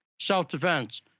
self-defense